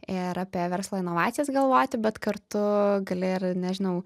ir apie verslo inovacijas galvoti bet kartu gali ir nežinau